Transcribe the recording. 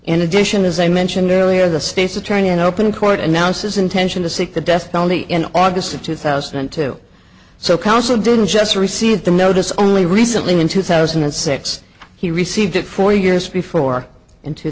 in addition as i mentioned earlier the state's attorney in open court announced his intention to seek the death penalty in august of two thousand and two so council didn't just received the notice only recently in two thousand and six he received it four years before in two